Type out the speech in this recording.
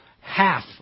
half